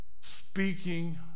speaking